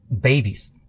babies